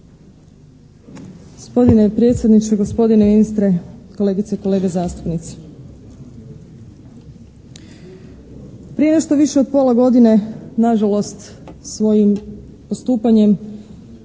Gospodine predsjedniče, gospodine ministre, kolegice i kolege zastupnici. Prije nešto više od pola godine, nažalost svojim postupanjem